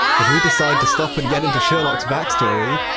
if we decide to stop and get into sherlock's backstory,